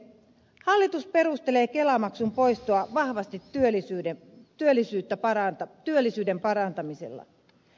hallitus perustelee kelamaksun poistoa vahvasti työllisyyden parantamisella